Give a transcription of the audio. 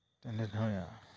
তেনেধৰণে আৰু